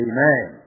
Amen